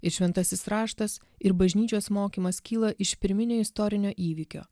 ir šventasis raštas ir bažnyčios mokymas kyla iš pirminio istorinio įvykio